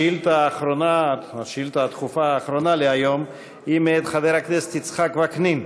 השאילתה הדחופה האחרונה להיום היא מאת חבר הכנסת יצחק וקנין.